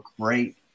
great